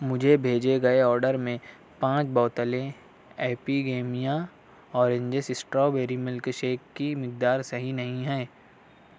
مجھے بھیجے گئے آڈر میں پانچ بوتلیں Epigamia oranges strawberry milk shake کی مقدار صحیح نہیں ہیں